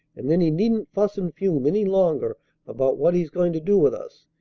and then he needn't fuss and fume any longer about what he's going to do with us.